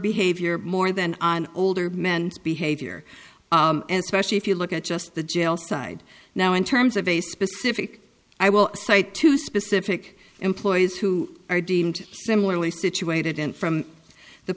behavior more than on older men behavior and especially if you look at just the jail side now in terms of a specific i will cite two specific employees who are deemed similarly situated and from the